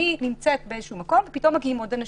למשל הייתי באיזשהו מקום ופתאום הגיעו עוד אנשים.